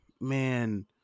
man